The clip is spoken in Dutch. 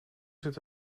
zit